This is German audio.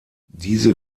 diese